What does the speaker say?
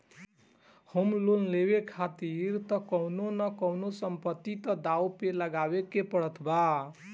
home loan लेवे खातिर तअ कवनो न कवनो संपत्ति तअ दाव पे लगावे के पड़त बा